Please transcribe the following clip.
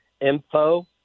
info